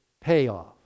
payoff